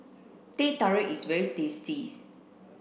teh tarik is very tasty